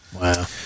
Wow